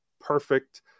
perfect